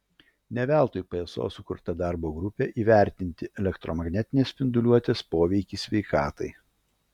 ne veltui pso sukurta darbo grupė įvertinti elektromagnetinės spinduliuotės poveikį sveikatai